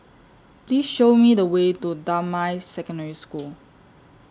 Please Show Me The Way to Damai Secondary School